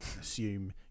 assume